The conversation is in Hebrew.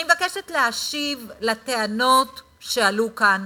אני מבקשת להשיב על טענות שעלו כאן,